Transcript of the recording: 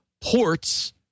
ports